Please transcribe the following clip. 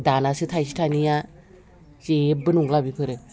दानासो थाइसे थाइनैया जेबो नंला बेफोरो